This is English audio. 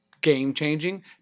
game-changing